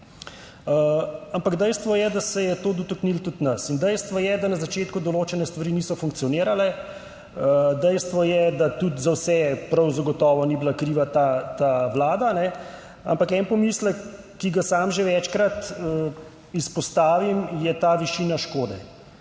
Ampak dejstvo je, da se je to dotaknilo tudi nas in dejstvo je, da na začetku določene stvari niso funkcionirale. Dejstvo je, da tudi za vse prav zagotovo ni bila kriva ta vlada ne. Ampak en pomislek, ki ga sam že večkrat izpostavim je ta višina škode.